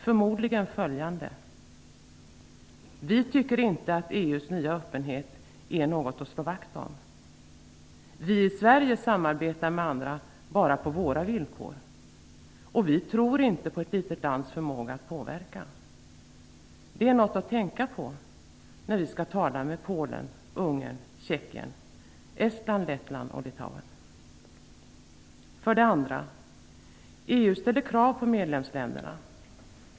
Förmodligen följande: Vi tycker inte att EU:s nya öppenhet är något att slå vakt om. Vi i Sverige samarbetar med andra bara på våra villkor, och vi tror inte på ett litet lands förmåga att påverka. Det är något att tänka på när vi skall tala med Polen, Ungern, Tjeckien, För det andra: EU ställer krav på medlemsländerna.